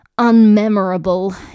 unmemorable